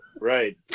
right